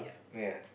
ya